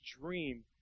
dream